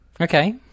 Okay